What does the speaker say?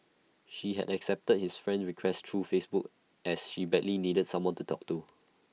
she had accepted his friend request through Facebook as she badly needed someone to talk to